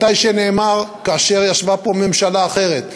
מתי שנאמר, כאשר ישבה פה ממשלה אחרת.